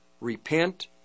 repent